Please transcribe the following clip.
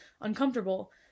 uncomfortable